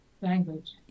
Language